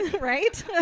Right